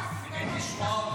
-- באמת, לא שמענו אותה.